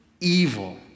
evil